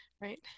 right